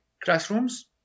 classrooms